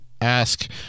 ask